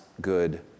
good